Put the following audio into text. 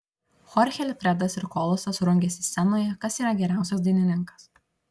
chorchė alfredas ir kolosas rungiasi scenoje kas yra geriausias dainininkas